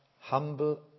humble